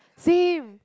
same